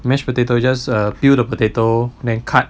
mash potato just a peel the potato then cut